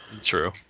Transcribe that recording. True